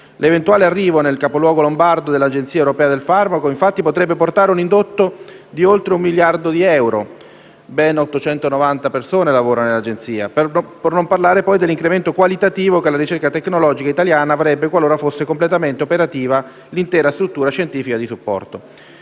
L'eventuale arrivo nel capoluogo lombardo dell'Agenzia europea del farmaco potrebbe portare un indotto di oltre un miliardo di euro (ben 890 persone lavorano nell'Agenzia), per non parlare poi dell'incremento qualitativo che la ricerca tecnologica italiana avrebbe qualora fosse completamente operativa l'intera struttura scientifica di supporto.